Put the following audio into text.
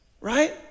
right